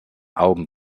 augen